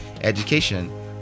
education